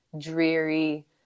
dreary